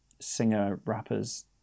singer-rappers